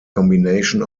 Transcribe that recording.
combination